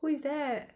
who is that